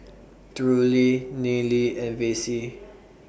Drury Nealy and Vassie